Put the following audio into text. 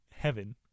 heaven